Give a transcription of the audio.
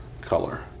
color